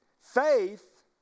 faith